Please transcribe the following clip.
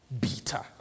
bitter